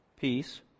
peace